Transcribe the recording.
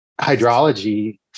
hydrology